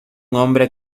hombre